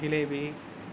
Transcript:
jalebi